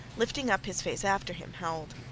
lifting up his face after him, howled,